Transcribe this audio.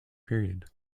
period